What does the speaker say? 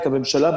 את הממשלה,